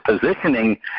positioning